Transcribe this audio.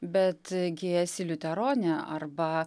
bet gi esi liuteronė arba